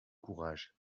courage